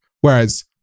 Whereas